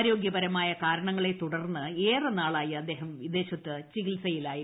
ആരോഗ്യപരമായ കാരണങ്ങളെ തുടർന്ന് ഏറെ നാളായി അദ്ദേഹം വിദേശത്ത് ചികിത്സയിലായിരുന്നു